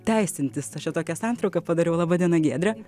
teisintis ta čia tokią santrauką padariau laba diena giedre